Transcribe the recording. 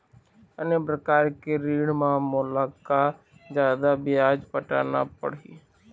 अन्य प्रकार के ऋण म मोला का जादा ब्याज पटाना पड़ही?